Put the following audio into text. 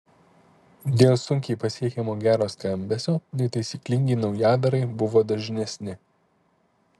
dėl sunkiai pasiekiamo gero skambesio netaisyklingi naujadarai buvo dažnesni